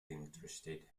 interested